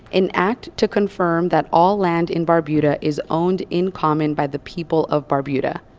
an act to confirm that all land in barbuda is owned in common by the people of barbuda.